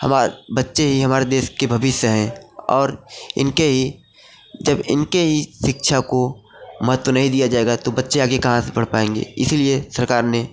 हमा बच्चे ही हमारे देश के भविष्य हैं और इनके ही जब इनके ही शिक्षा को महत्त्व नहीं दिया जाएगा तो बच्चे आगे कहाँ से पढ़ पाएंगे इसीलिए सरकार ने